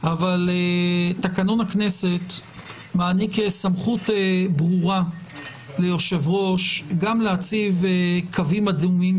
אבל תקנון הכנסת מעניק סמכות ברורה ליושב ראש גם להציב קווים אדומים,